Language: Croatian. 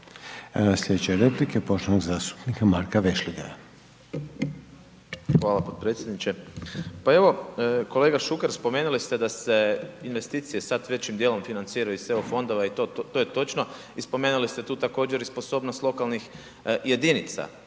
VEšligaja. **Vešligaj, Marko (SDP)** Hvala potpredsjedniče. Pa evo kolega Šuker spomenuli ste da se investicije sada većim dijelom financiraju iz eu fondova i to je točno i spomenuli ste tu također i sposobnost lokalnih jedinica.